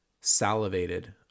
salivated